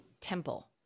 temple